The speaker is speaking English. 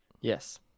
yes